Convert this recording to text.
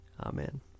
Amen